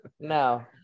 No